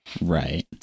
right